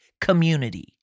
community